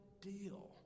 deal